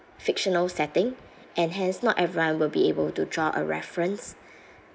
fictional setting and hence not everyone will be able to draw a reference